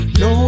no